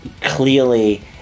clearly